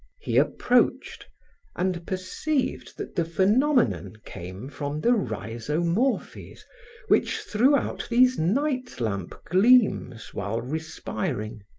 he approached and perceived that the phenomenon came from the rhizomorphes which threw out these night-lamp gleams while respiring.